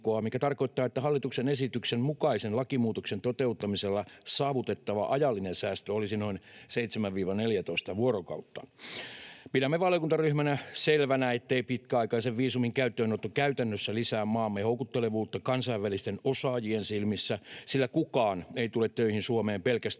mikä tarkoittaa, että hallituksen esityksen mukaisen lakimuutoksen toteuttamisella saavutettava ajallinen säästö olisi noin 7—14 vuorokautta. Pidämme valiokuntaryhmänä selvänä, ettei pitkäaikaisen viisumin käyttöönotto käytännössä lisää maamme houkuttelevuutta kansainvälisten osaajien silmissä, sillä kukaan ei tule töihin Suomeen pelkästään